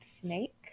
Snake